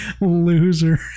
loser